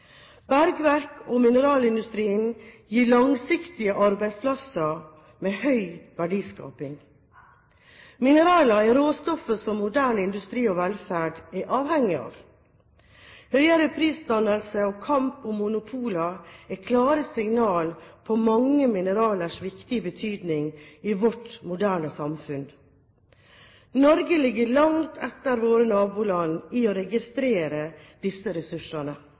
og mineralindustrien gir langsiktige arbeidsplasser med høy verdiskaping. Mineraler er råstoffer som moderne industri og velferd er avhengig av. Høyere prisdannelse og kamp om monopoler er klare signaler på mange mineralers viktige betydning i vårt moderne samfunn. Norge ligger langt etter våre naboland i å registrere disse ressursene.